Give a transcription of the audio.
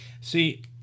See